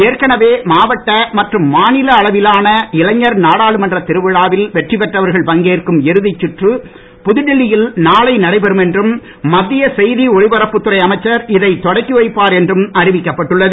ஏற்கனவே மாவட்ட மற்றும் மாநில அளவிலான இளைஞர் நாடாளுமன்றத் திருவிழாவில் வெற்றிபெற்றவர்கள் பங்கேற்கும் இறுதிச் சுற்று புதுடில்லி யில் நாளை நடைபெறும் என்றும் மத்திய செய்தி ஒலிபரப்புத் துறை அமைச்சர் இதைத் தொடக்கிவைப்பார் என்றும் அறிவிக்கப் பட்டுள்ளது